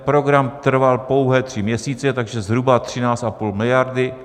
Program trval pouhé tři měsíce, takže zhruba 13,5 miliardy.